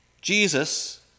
Jesus